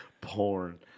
Porn